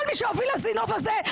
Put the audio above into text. כל מי שהוביל לזינוב הזה אשם בפיגועים.